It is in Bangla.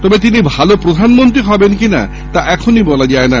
তবে তিনি ভাল প্রধানমন্ত্রী হবেন কিনা তা এথনই বলা যায় না